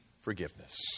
forgiveness